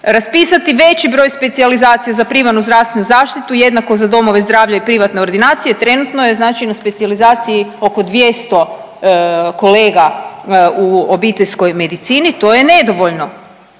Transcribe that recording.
raspisati veći broj specijalizacija za primarnu zdravstvenu zaštitu jednako za domove zdravlja i privatne ordinacije, trenutno je znači na specijalizaciji oko 200 kolega u obiteljskoj medicini, to je nedovoljno.